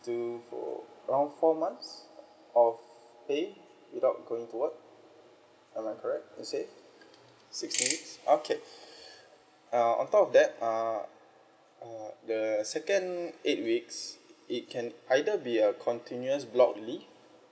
two for around four months of pay without going to work am I correct you say sixteen weeks okay uh on top of that uh uh the second eight weeks it can either be a continuous block leave